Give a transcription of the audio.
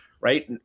right